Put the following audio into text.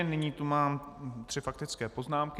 Nyní tu mám tři faktické poznámky.